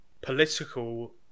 political